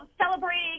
celebrating